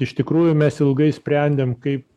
iš tikrųjų mes ilgai sprendėm kaip